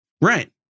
Right